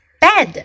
Bed